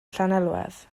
llanelwedd